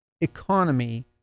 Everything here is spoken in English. economy